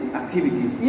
activities